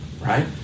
right